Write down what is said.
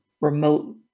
remote